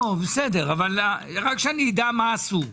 רק שאדע מה עשו.